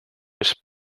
més